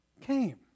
came